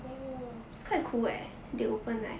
oh